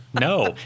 No